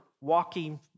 walking